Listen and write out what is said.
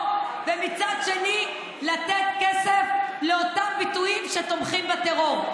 ומצד שני לתת כסף לאותם ביטויים שתומכים בטרור.